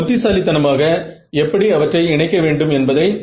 நீங்கள் ரியாக்டிவ் பகுதியை பெற்று இருக்கிறீர்கள்